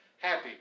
happy